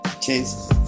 Cheers